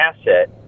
asset